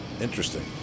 interesting